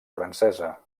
francesa